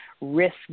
risk